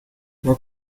more